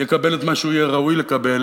יקבל את מה שהוא יהיה ראוי לקבל.